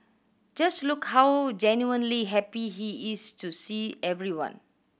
just look how genuinely happy he is to see everyone